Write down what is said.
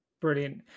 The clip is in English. Brilliant